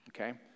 Okay